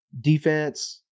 Defense